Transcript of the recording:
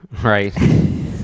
right